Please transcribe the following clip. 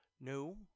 No